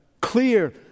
clear